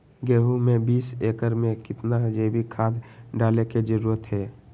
गेंहू में बीस एकर में कितना जैविक खाद डाले के जरूरत है?